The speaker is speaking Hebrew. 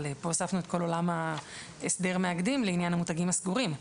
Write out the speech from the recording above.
אבל פה הוספנו את כל עולם ההסדר מאגדים לעניין המותגים הסגורים.